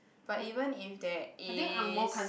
but even if there is